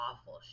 awful